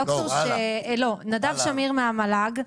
נדב שמיר מהמל"ג,